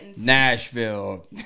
Nashville